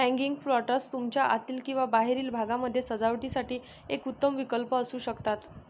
hanging planters तुमच्या आतील किंवा बाहेरील भागामध्ये सजावटीसाठी एक उत्तम विकल्प असू शकतात